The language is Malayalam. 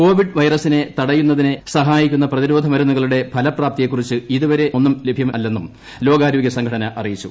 കോവിഡ് വൈറസിനെ തടയുന്നതിനെ സഹായിക്കുന്ന പ്രതിരോധ മരുന്നുകളുടെ ഫലപ്രാപ്തിയെക്കുറിച്ച് ഇതുവരെ സ്ഥിരീകരണമൊന്നും ലഭ്യമല്ലെന്നും ലോകാരോഗ്യ സംഘടന അറിയിച്ചു